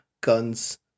guns